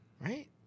Right